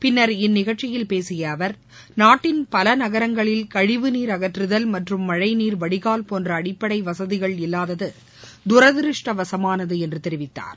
பின்னர் இந்நிகழ்ச்சியில் பேசிய அவர் நாட்டின் பல நகரங்களில் கழிவுநீர் அகற்றுதல் மற்றும் மழை நீர் வடிகால் போன்ற அடிப்படை வசதிகள் இல்லாதது தூதிஷ்டசவமானது என்று தெரிவித்தத்தார்